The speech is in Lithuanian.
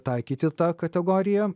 taikyti tą kategoriją